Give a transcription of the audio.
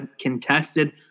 contested